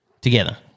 together